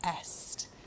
est